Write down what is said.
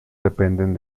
dependen